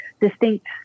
distinct